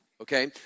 okay